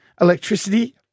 electricity